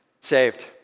saved